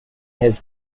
his